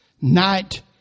night